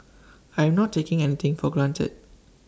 I am not taking anything for granted